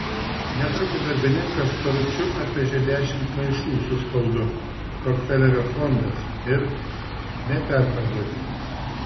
netrukus darbininkas karučiu atvežė dešimt maišų su spaudu rokfelerio fondas ir neperparduoti